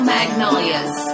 Magnolias